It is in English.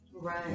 Right